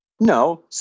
No